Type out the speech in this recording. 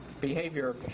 behavior